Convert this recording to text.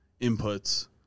inputs